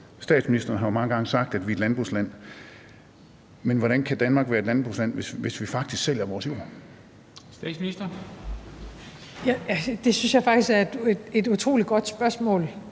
Statsministeren har jo mange gange sagt, at vi er et landbrugsland. Men hvordan kan Danmark være et landbrugsland, hvis vi faktisk sælger vores jord? Kl. 14:09 Formanden (Henrik Dam